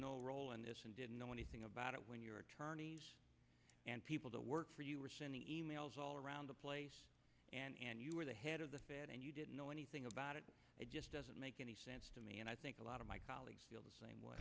no role in this and didn't know anything about it when your attorneys and people to work for you were in the e mails all around the place and you were the head of the fed and you didn't know anything about it it just doesn't make any sense to me and i think a lot of my colleagues feel the same way